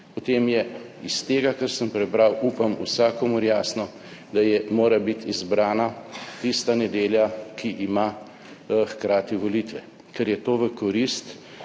potem je iz tega, kar sem prebral, upam, vsakomur jasno, da mora biti izbrana tista nedelja, ki ima hkrati volitve, ker je to v korist,